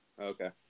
Okay